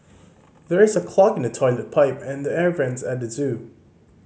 there is a clog in the toilet pipe and the air vents at the zoo